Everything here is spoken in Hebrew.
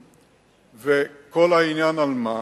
וכל העניין על מה?